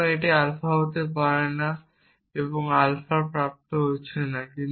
সুতরাং এটা আলফা হতে পারে না এবং আলফা প্রাপ্ত হচ্ছে না